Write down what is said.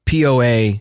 POA